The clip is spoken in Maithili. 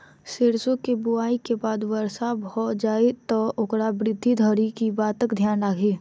सैरसो केँ बुआई केँ बाद वर्षा भऽ जाय तऽ ओकर वृद्धि धरि की बातक ध्यान राखि?